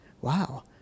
wow